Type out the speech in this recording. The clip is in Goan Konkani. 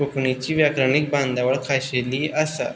कोंकणीची व्याकरणीक बांदावळ खाशेली आसा